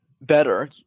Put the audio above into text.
better